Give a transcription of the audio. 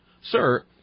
Sir